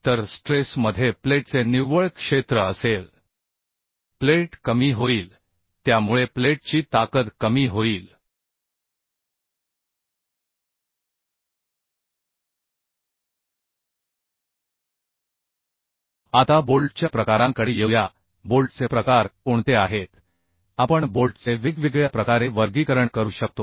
तर स्ट्रेस मधे प्लेटचे निव्वळ क्षेत्र असेल प्लेट कमी होईल त्यामुळे प्लेटची ताकद कमी होईल आता बोल्टच्या प्रकारांकडे येऊया बोल्टचे प्रकार कोणते आहेत आपण बोल्टचे वेगवेगळ्या प्रकारे वर्गीकरण करू शकतो